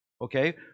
Okay